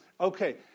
Okay